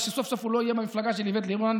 ושסוף-סוף הוא לא יהיה במפלגה של איווט ליברמן,